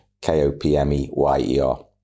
K-O-P-M-E-Y-E-R